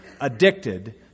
addicted